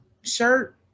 shirt